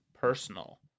personal